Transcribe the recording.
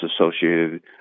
associated